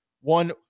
One